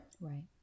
Right